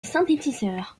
synthétiseurs